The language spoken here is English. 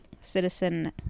citizen